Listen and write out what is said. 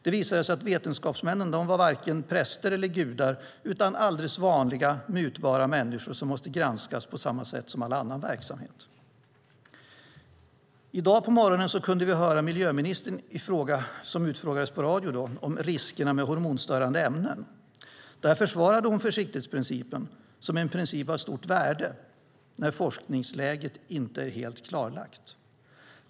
Det visade sig att vetenskapsmännen inte var vare sig präster eller gudar utan alldeles vanliga, mutbara människor som måste granskas på samma sätt som all annan verksamhet. I dag på morgonen kunde vi höra miljöministern utfrågas i radio om riskerna med hormonstörande ämnen. Där försvarade hon försiktighetsprincipen som en princip av stort värde när forskningsläget inte är helt klarlagt.